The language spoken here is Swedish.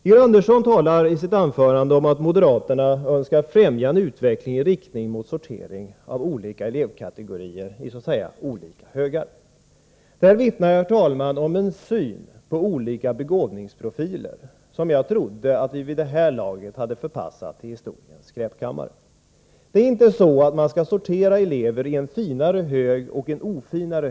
Georg Andersson talar i sitt anförande om att moderaterna önskar främja en utveckling i riktning mot sortering av elevkategorier i olika högar. Det här vittnar, herr talman, om en syn på olika begåvningsprofiler som jag trodde att vi vid det här laget hade förpassat till historiens skräpkammare. Det är inte så att man skall eller kan sortera elever i en ”finare” hög och en ”ofinare”.